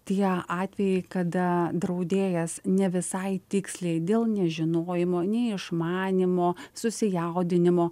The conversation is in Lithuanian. tie atvejai kada draudėjas ne visai tiksliai dėl nežinojimo neišmanymo susijaudinimo